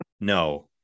No